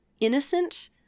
innocent